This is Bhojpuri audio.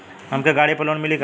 हमके गाड़ी पर लोन मिली का?